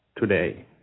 today